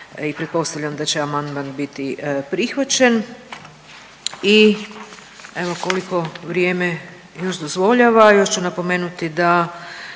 i pretpostavljam da će amandman biti prihvaćen. I evo koliko vrijeme još dozvoljava još ću napomenuti da